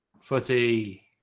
Footy